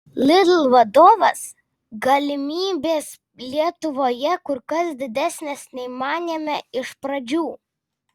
lidl vadovas galimybės lietuvoje kur kas didesnės nei manėme iš pradžių